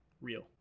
real